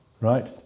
right